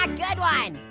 like good one.